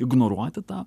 ignoruoti tą